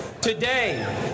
Today